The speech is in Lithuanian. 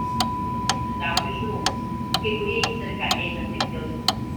klounai pritraukia žiūrovus kai kurie į cirką eina tik dėl jų